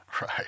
right